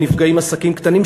שנפגעים עסקים קטנים,